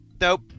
nope